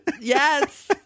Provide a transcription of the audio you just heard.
Yes